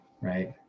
right